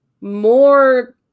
more